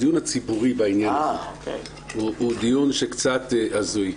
הדיון הציבורי בעניין הזה הוא דיון קצת הזוי.